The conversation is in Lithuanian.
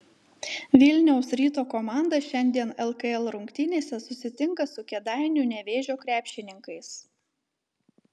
vilniaus ryto komanda šiandien lkl rungtynėse susitinka su kėdainių nevėžio krepšininkais